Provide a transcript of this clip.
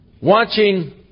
watching